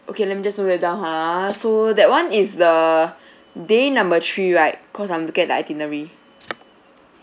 okay let me just note that down ha so that [one] is the day number three right cause I'm looking at the itinerary